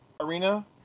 Arena